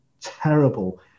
terrible